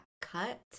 cut